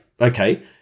Okay